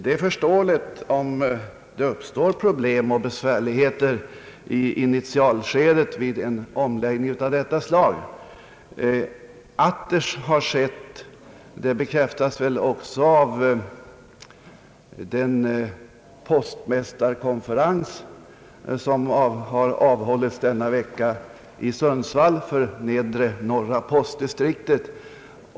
Det är förståeligt om det uppstår problem och besvärligheter i initialskedet vid en omläggning av detta slag. Att det skett bekräftas också av den postmästarkonferens som denna vecka hållits i Sundsvall för nedre norra postdistriktet.